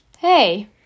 hey